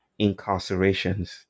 incarcerations